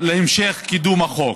להמשך קידום החוק.